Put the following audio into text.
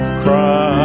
cry